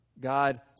God